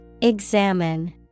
Examine